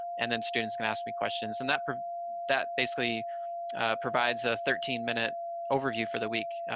and then students can ask me questions and that pr that basically provides a thirteen minute overview for the week.